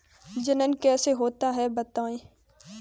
जनन कैसे होता है बताएँ?